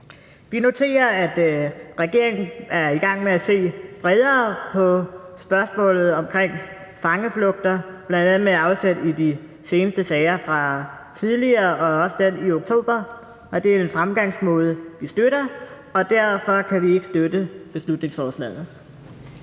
Vi noterer, at regeringen er i gang med at se bredere på spørgsmålet omkring fangeflugter, bl.a. med afsæt i de seneste sager, også den i oktober, og det er jo en fremgangsmåde, vi støtter, og derfor kan vi ikke støtte beslutningsforslaget.